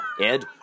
Ed